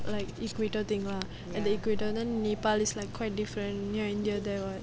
like equator thing lah and the equivalent nepal is like quite different near india there right